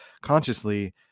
consciously